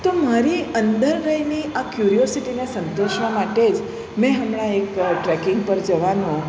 તો મારી અંદર રહેલી આ કયુરોસીટીને સંતોષવા માટે મે હમણાં એક ટ્રેકિંગ પર જવાનો